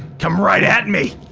come right at me.